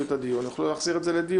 את הדיון הם יוכלו להחזיר את זה לדיון,